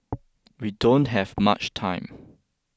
we don't have much time